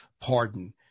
pardon